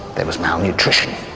there was malnutrition,